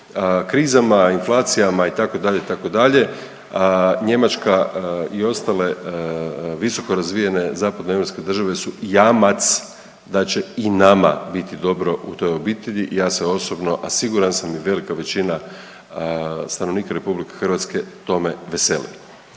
krizama, inflacijama itd., itd. Njemačka i ostale visokorazvijene Zapadnoeuropske države su jamac da će i nama biti dobro u toj obitelji. Ja se osobno, a siguran sam i velika većina stanovnika RH tome veseli.